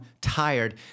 tired